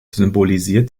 symbolisiert